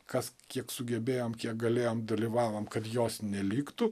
kas kiek sugebėjom kiek galėjom dalyvavom kad jos neliktų